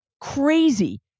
crazy